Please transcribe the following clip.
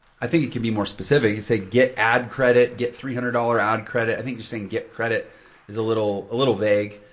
i think it can be more specific and say get ad credit, get three hundred dollars ad credit. i think just saying get credit is a little, a little vague.